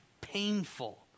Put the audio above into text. painful